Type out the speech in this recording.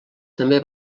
també